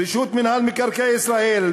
רשות מקרקעי ישראל,